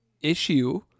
issue